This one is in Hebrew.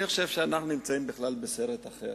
אני חושב שאנחנו נמצאים בכלל בסרט אחר.